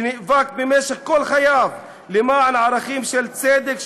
שנאבק במשך כל חייו למען ערכים של צדק,